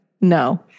No